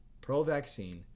pro-vaccine